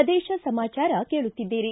ಪ್ರದೇಶ ಸಮಾಚಾರ ಕೇಳುತ್ತಿದ್ದೀರಿ